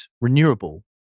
renewable